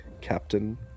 Captain